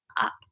up